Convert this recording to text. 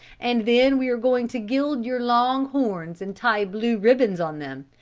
and then we are going to gild your long horns and tie blue ribbons on them,